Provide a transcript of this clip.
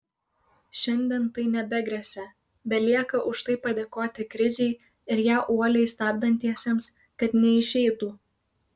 šiandien tai nebegresia belieka už tai padėkoti krizei ir ją uoliai stabdantiesiems kad neišeitų